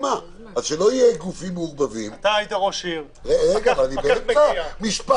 שלא יהיו גופים מעורבבים --- אתה היית ראש עיר --- אני באמצע משפט.